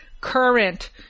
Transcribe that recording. current